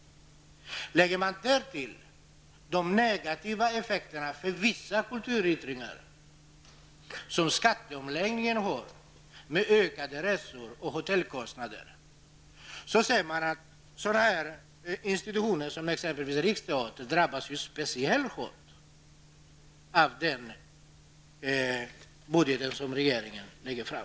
Lägger man därtill de negativa effekterna för vissa kulturyttringar av skatteomläggningen, med ökade kostnader för resor och hotell, så ser man att en institution som t.ex. riksteatern drabbas speciellt hårt i den budget regeringen lägger fram.